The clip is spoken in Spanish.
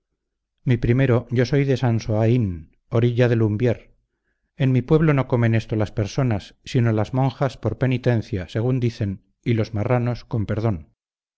mi primero yo soy de sansoaín orilla de lumbier en mi pueblo no comen esto las personas sino las monjas por penitencia según dicen y los marranos con perdón